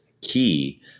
key